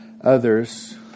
others